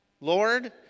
Lord